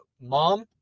mom